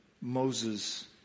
Moses